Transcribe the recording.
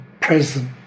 present